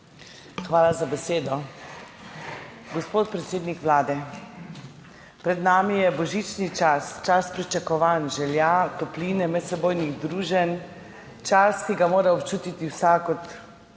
Hvala za besedo. Gospod predsednik Vlade! Pred nami je božični čas, čas pričakovanj, želja, topline, medsebojnih druženj. Čas, ki ga mora občutiti vsak